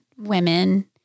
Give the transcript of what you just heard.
women